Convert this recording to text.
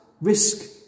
risk